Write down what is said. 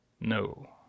No